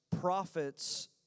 Prophets